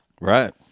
Right